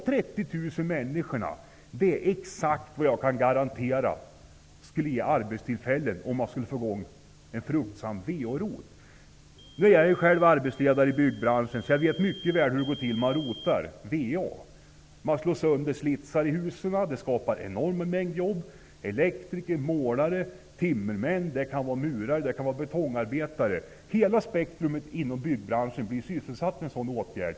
Det fantastiska är att jag skulle kunna garantera så många arbetstillfällen om en fruktsam VA ROT sattes i gång. Jag är själv arbetsledare i byggbranschen. Jag vet mycket väl hur det går till när VA ''ROT-as''. Man slår sönder slitsar i husen. Det skapar en mängd jobb. Det är fråga om elektriker, målare, timmermän, murare och betongarbetare. Hela spektrumet inom byggbranschen blir sysselsatt vid en sådan åtgärd.